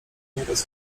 nieraz